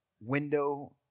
window